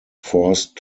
forced